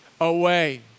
away